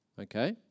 okay